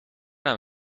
naam